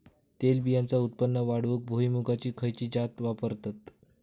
तेलबियांचा उत्पन्न वाढवूक भुईमूगाची खयची जात वापरतत?